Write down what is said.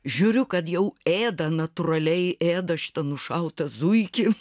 žiūriu kad jau ėda natūraliai ėda šitą nušautą zuikį